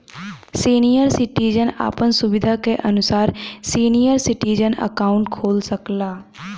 senior citizen आपन सुविधा के अनुसार सीनियर सिटीजन अकाउंट खोल सकला